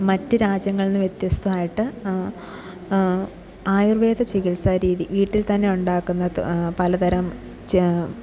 മറ്റു രാജ്യങ്ങളിൽ നിന്ന് വ്യത്യസ്തമായിട്ട് ആയുർവേദ ചികിത്സാരീതി വീട്ടിൽ തന്നെ ഉണ്ടാക്കുന്നത് പലതരം ചേ